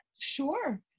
Sure